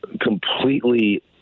completely